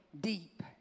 deep